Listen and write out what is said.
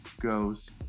goes